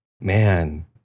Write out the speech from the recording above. man